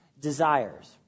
desires